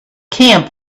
camp